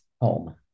Home